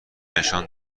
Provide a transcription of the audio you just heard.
نشان